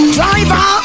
Driver